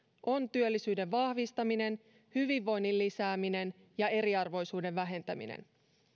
on työllisyyden vahvistaminen hyvinvoinnin lisääminen ja eriarvoisuuden vähentäminen